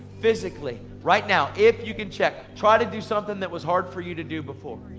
physically, right now if you can check, try to do something that was hard for you to do before.